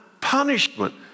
punishment